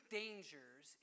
dangers